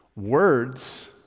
Words